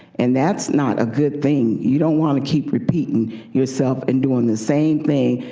and that not a good thing, you don't want to keep repeating yourself, and doing the same thing,